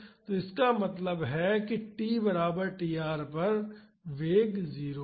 तो इसका मतलब है कि t बराबर tr पर वेग 0 है